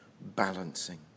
balancing